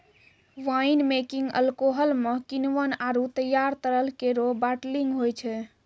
wine making alcohol म किण्वन आरु तैयार तरल केरो बाटलिंग होय छै